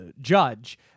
judge